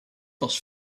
was